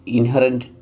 Inherent